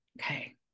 Okay